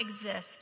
exist